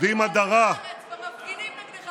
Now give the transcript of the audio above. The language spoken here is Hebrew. קם כאן דור חדש שלא מתרשם ממפגני הצביעות האין-סופיים בתקשורת.